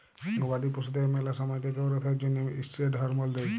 গবাদি পশুদের ম্যালা সময়তে গোরোথ এর জ্যনহে ষ্টিরেড হরমল দেই